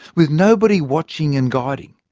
with nobody watching and guiding,